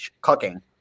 cooking